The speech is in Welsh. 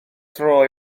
dro